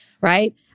right